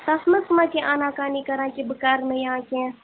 تَتھ منٛز ما کینٛہہ آنا کانی کران کہِ بہٕ کَرٕ نہٕ یا کینٛہہ